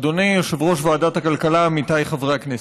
אדוני יושב-ראש ועדת הכלכלה, עמיתיי חברי הכנסת,